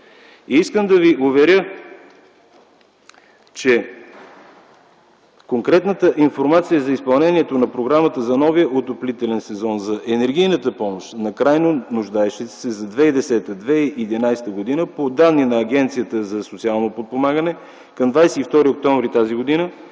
Искам да Ви уверя, че конкретната информация за изпълнението на програмата за новия отоплителен сезон за енергийната помощ на крайно нуждаещите се за 2010/2011 г. по данни на Агенцията за социално подпомагане към 22 октомври т.г. – една